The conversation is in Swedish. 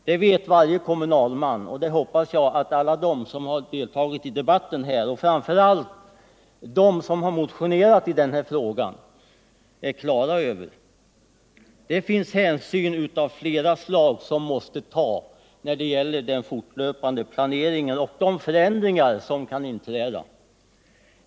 Detta vet varje kommunalman, och det hoppas jag att alla de som har deltagit i debatten här, framför allt de som har motionerat i denna fråga , är klara över. Det finns hänsyn av flera slag som man måste ta när det gäller den fortlöpande planeringen och förändringar som kan inträda.